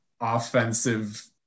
offensive